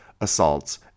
assaults